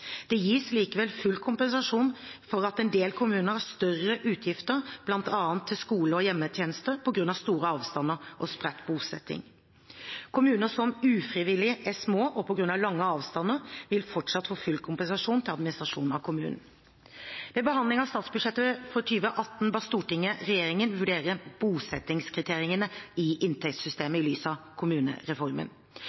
Det gis likevel full kompensasjon for at en del kommuner har større utgifter til bl.a. skole og hjemmetjeneste på grunn av store avstander og spredt bosetting. Kommuner som er ufrivillig små på grunn av lange avstander, vil fortsatt få full kompensasjon til administrasjon av kommunen. Ved behandlingen av statsbudsjettet for 2018 ba Stortinget regjeringen vurdere bosettingskriteriene i